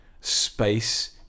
space